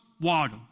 water